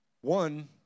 One